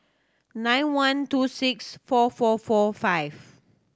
nine one two six four four four five